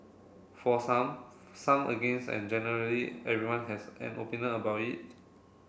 for some some against and generally everyone has an opinion about it